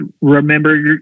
remember